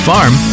Farm